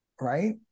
right